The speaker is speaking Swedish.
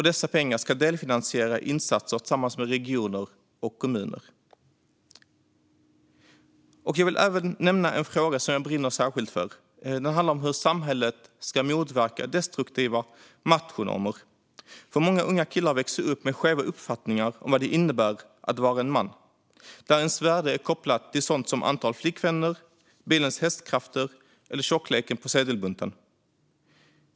Dessa pengar ska delfinansiera insatser tillsammans med regioner och kommuner. Jag vill även nämna en fråga som jag brinner särskilt för. Den handlar om hur samhället ska motverka destruktiva machonormer. Många unga killar växer upp med skeva uppfattningar om vad det innebär att vara man, där ens värde är kopplat till sådant som antal flickvänner, bilens hästkrafter eller tjockleken på sedelbunten.